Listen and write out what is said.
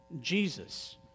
Jesus